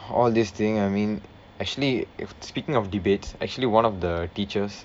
all this thing I mean actually if speaking of debates actually one of the teachers